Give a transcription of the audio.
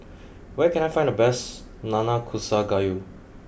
where can I find the best Nanakusa Gayu